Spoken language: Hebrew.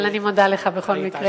אבל אני מודה לך בכל מקרה.